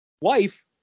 wife